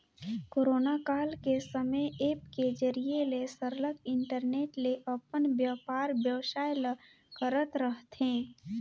corona काल के समे ऐप के जरिए ले सरलग इंटरनेट ले अपन बयपार बेवसाय ल करत रहथें